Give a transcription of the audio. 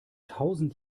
tausend